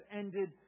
ended